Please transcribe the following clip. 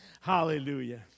Hallelujah